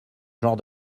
genre